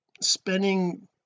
Spending